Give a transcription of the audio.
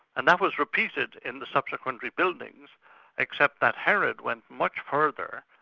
and that was repeated in the subsequent rebuildings except that herod went much further,